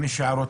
אם יש הערות,